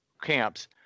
camps